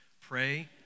pray